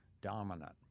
dominant